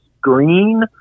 green